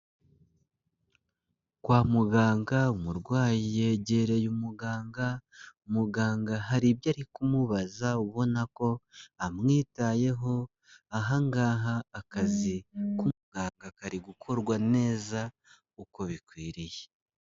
Kwa muganga umurwayi yegereye umuganga, muganga hari ibyo ari kumubaza, ubona ko amwitayeho, aha ngaha akazi k'umuganga kari gukorwa neza, uko bikwiriye.